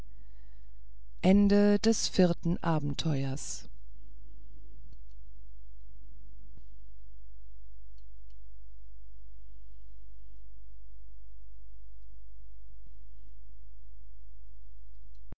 des vierten abenteuers